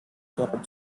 cadet